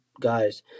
guys